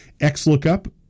XLOOKUP